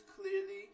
clearly